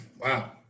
Wow